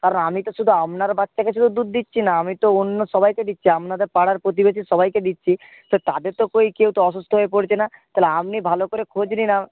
কারণ আমি তো শুধু আপনার বাচ্চাকে শুধু দুধ দিচ্ছি না আমি তো অন্য সবাইকে দিচ্ছি আপনাদের পাড়ার প্রতিবেশীর সবাইকে দিচ্ছি তো তাদের তো কই কেউ তো অসুস্থ হয়ে পড়ছে না তাহলে আপনি ভালো করে খোঁজ নিন